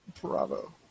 Bravo